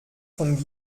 von